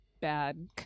bad